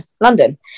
London